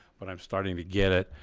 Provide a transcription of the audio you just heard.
but i'm starting to get it.